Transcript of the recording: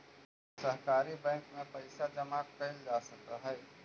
सहकारी बैंक में पइसा जमा कैल जा सकऽ हइ